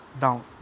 down